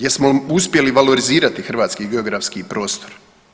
Jesmo uspjeli valorizirati hrvatski geografski prostor.